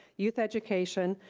youth education,